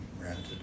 rented